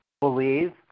believe